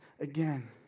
again